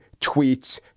tweets